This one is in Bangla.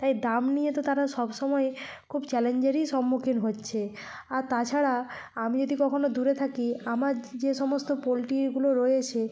তাই দাম নিয়ে তো তারা সব সময়ে খুব চ্যালেঞ্জেরই সম্মুখীন হচ্ছে আর তাছাড়া আমি যদি কখনও দূরে থাকি আমার যে যে সমস্ত পোল্ট্রিগুলো রয়েছে